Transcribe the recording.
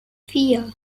vier